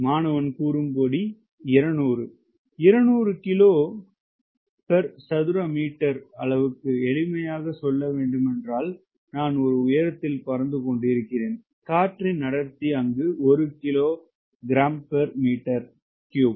மாணவன் 200 200 கிலோசதுர மீட்டர் எளிமையாக சொல்ல வேண்டுமென்றால் நான்ஒரு உயரத்தில் பறந்து கொண்டிருக்கிறேன் காற்றின் அடர்த்தி 1 kilogram per metre cube